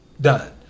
done